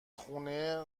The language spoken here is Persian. خونه